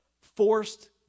forced